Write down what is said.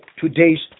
Today's